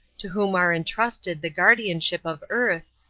to whom are entrusted the guardianship of earth,